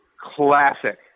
classic